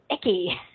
icky